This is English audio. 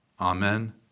Amen